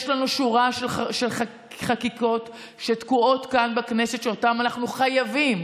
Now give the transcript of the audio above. יש לנו שורה של חקיקות שתקועות כאן בכנסת שאותן אנחנו חייבים,